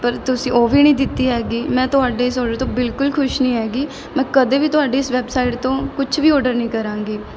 ਪਰ ਤੁਸੀਂ ਉਹ ਵੀ ਨਹੀਂ ਦਿੱਤੀ ਹੈਗੀ ਮੈਂ ਤੁਹਾਡੇ ਇਸ ਔਡਰ ਤੋਂ ਬਿਲਕੁਲ ਖੁਸ਼ ਨਹੀਂ ਹੈਗੀ ਮੈਂ ਕਦੇ ਵੀ ਤੁਹਾਡੀ ਇਸ ਵੈਬਸਾਈਡ ਤੋਂ ਕੁਛ ਵੀ ਔਡਰ ਨਹੀਂ ਕਰਾਂਗੀ